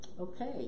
Okay